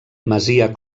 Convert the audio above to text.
masia